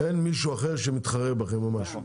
אין מישהו אחר שמתחרה בכם או משהו?